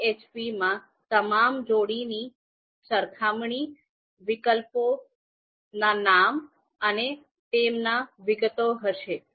ahp માં તમામ જોડીની સરખામણી વિકલ્પોના નામ અને તે તમામ વિગતો હશે